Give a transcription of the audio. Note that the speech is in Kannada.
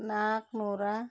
ನಾಲ್ಕುನೂರ